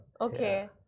okay